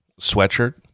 sweatshirt